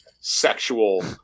sexual